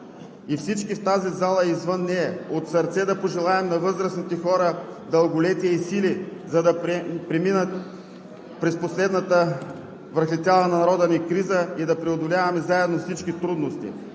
Всички в тази зала и извън нея от сърце да пожелаем на възрастните хора дълголетие и сили, за да преминат през последната, връхлетяла народа ни криза и да преодоляваме заедно всички трудности,